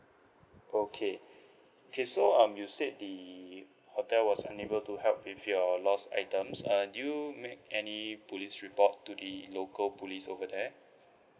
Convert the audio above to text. okay okay so um you said the hotel was unable to help with your lost items uh do you make any police report to the local police over there